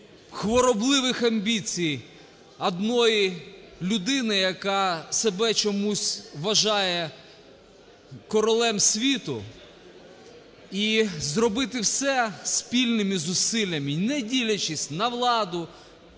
хворобливих амбіцій однієї людини, яка себе чомусь вважає королем світу. І зробити все спільними зусиллями, не дивлячись на владу,